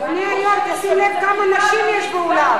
אדוני היושב-ראש, תשים לב כמה נשים יש באולם.